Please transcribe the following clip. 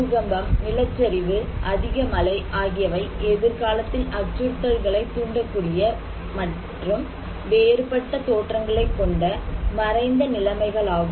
பூகம்பம் நிலச்சரிவு அதிக மழை ஆகியவை எதிர்காலத்தில் அச்சுறுத்தல்களை தூண்டக்கூடிய மற்றும் வேறுபட்ட தோற்றங்களை கொண்ட மறைந்த நிலைமைகள் ஆகும்